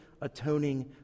atoning